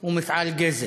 הוא מפעל גזל.